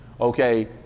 okay